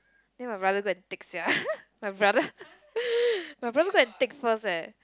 then my brother go and take sia my brother my brother go and take first leh